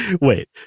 wait